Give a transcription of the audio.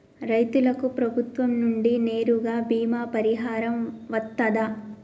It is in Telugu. రైతులకు ప్రభుత్వం నుండి నేరుగా బీమా పరిహారం వత్తదా?